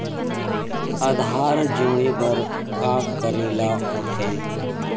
आधार जोड़े बर का करे ला होथे?